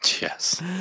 Yes